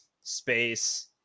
space